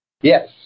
Yes